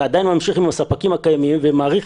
אתה עדיין ממשיך עם הספקים הקיימים ומאריך